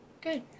good